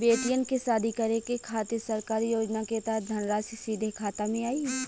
बेटियन के शादी करे के खातिर सरकारी योजना के तहत धनराशि सीधे खाता मे आई?